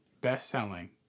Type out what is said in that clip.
best-selling